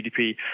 GDP